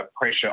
pressure